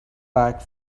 back